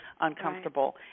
uncomfortable